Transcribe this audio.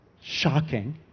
shocking